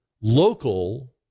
local